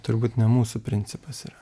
turbūt ne mūsų principas yra